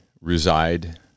reside